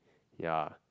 ya